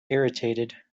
irritated